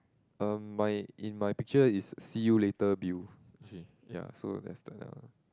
uh my in my picture is see you later Bill actually ya so that's the